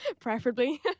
preferably